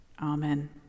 Amen